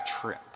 trip